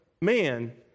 man